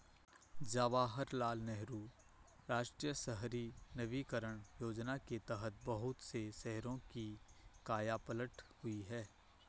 जवाहरलाल नेहरू राष्ट्रीय शहरी नवीकरण योजना के तहत बहुत से शहरों की काया पलट हुई है